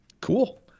Cool